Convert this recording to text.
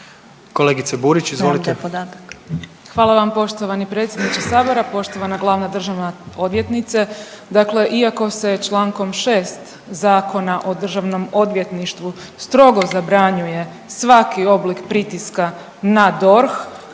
**Burić, Majda (HDZ)** Hvala vam poštovani predsjedniče Sabora. Poštovana glavna državna odvjetnice. Dakle, iako se čl. 6. Zakona o državnom odvjetništvu strogo zabranjuje svaki oblik pritiska na DORH,